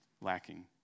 lacking